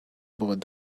bored